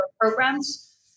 programs